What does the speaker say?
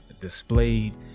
displayed